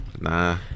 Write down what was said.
Nah